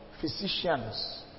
physicians